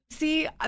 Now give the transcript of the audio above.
See